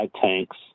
tanks